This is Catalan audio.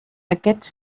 aquests